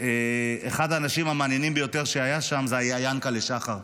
אחד האנשים המעניינים ביותר שהיה שם היה יענקל'ה שחר,